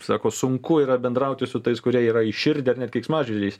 sako sunku yra bendrauti su tais kurie yra įširdę ar net keiksmažodžiais